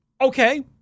Okay